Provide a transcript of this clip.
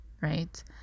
Right